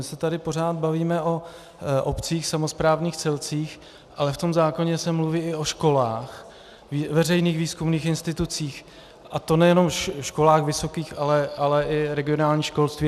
My se tady pořád bavíme o obcích, samosprávních celcích, ale v tom zákoně se mluví i o školách, veřejných výzkumných institucích, a to nejenom školách vysokých, ale i regionální školství.